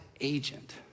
agent